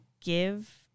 give